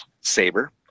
Saber